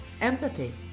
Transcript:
empathy